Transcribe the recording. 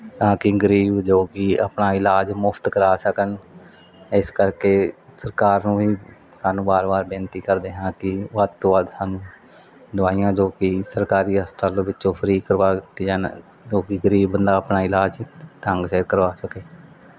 ਤਾਂ ਕੀ ਗਰੀਬ ਜੋ ਕੀ ਆਪਣਾ ਇਲਾਜ ਮੁਫਤ ਕਰਾ ਸਕਣ ਇਸ ਕਰਕੇ ਸਰਕਾਰ ਨੂੰ ਵੀ ਸਾਨੂੰ ਵਾਰ ਵਾਰ ਬੇਨਤੀ ਕਰਦੇ ਹਾਂ ਕੀ ਵੱਧ ਤੋਂ ਵੱਧ ਸਾਨੂੰ ਦਵਾਈਆਂ ਜੋ ਕੀ ਸਰਕਾਰੀ ਹਸਪਤਾਲ ਵਿੱਚੋਂ ਫਰੀ ਕਰਵਾ ਦਿੱਤੀ ਹਨ ਜੋ ਕੀ ਗਰੀਬ ਬੰਦਾ ਆਪਣਾ ਇਲਾਜ ਢੰਗ ਸਿਰ ਕਰਵਾ ਸਕੇ